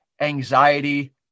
anxiety